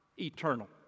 eternal